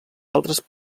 altres